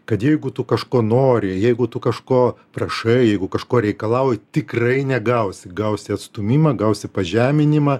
kad jeigu tu kažko nori jeigu tu kažko prašai jeigu kažko reikalauji tikrai negausi gausi atstūmimą gausi pažeminimą